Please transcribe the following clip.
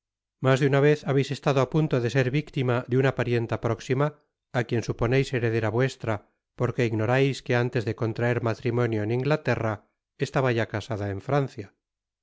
mas de una vez habeis estado á punto de ser victima de una parienta próxima á quien suponeis heredera vuestra porque ignorais que antes de contraer matrimonio en inglaterra estaba ya casada en francia